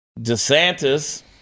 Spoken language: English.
DeSantis